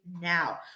now